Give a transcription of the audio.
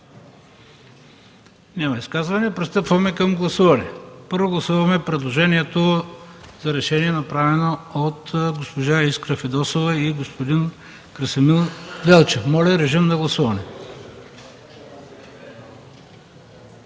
Няма. Пристъпваме към гласуване. Първо ще гласуваме предложението за решение, направено от госпожа Искра Фидосова и господин Красимир Велчев. Моля, гласувайте.